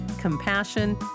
compassion